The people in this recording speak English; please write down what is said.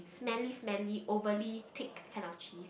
smelly smelly overly thick kind of cheese